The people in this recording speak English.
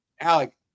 Alec